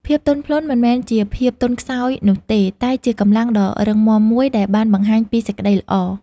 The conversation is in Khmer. ភាពទន់ភ្លន់មិនមែនជាភាពទន់ខ្សោយនោះទេ តែជាកម្លាំងដ៏រឹងមាំមួយដែលបានបង្ហាញពីសេចក្ដីល្អ។